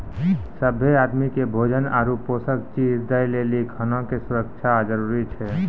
सभ्भे आदमी के भोजन आरु पोषक चीज दय लेली खाना के सुरक्षा जरूरी छै